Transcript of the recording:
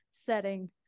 setting